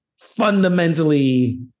fundamentally